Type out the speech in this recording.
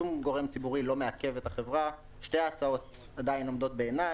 שתי ההצעות הן בעינן.